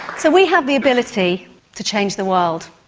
so we have the ability to change the world.